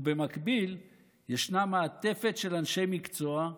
ובמקביל ישנה מעטפת של אנשי מקצוע,